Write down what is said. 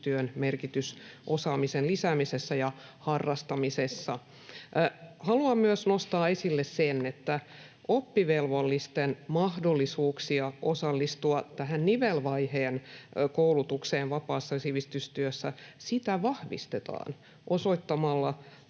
merkitys osaamisen lisäämisessä ja harrastamisessa. Haluan myös nostaa esille sen, että oppivelvollisten mahdollisuuksia osallistua nivelvaiheen koulutukseen vapaassa sivistystyössä vahvistetaan osoittamalla